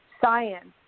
science